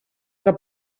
que